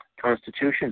Constitution